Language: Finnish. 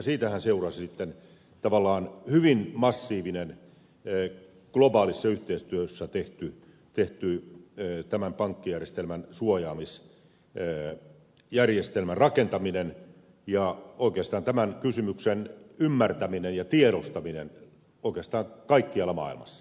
siitähän seurasi sitten tavallaan tämän pankkijärjestelmän hyvin massiivinen globaalissa yhteistyössä tehtyyn tehtyyn teettämän pankkijärjestelmän suojaamis tehty suojaamisjärjestelmän rakentaminen ja oikeastaan tämän kysymyksen ymmärtäminen ja tiedostaminen oikeastaan kaikkialla maailmassa